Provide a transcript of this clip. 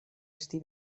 esti